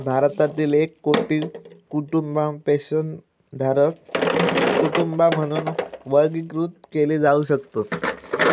भारतातील एक कोटी कुटुंबा पेन्शनधारक कुटुंबा म्हणून वर्गीकृत केली जाऊ शकतत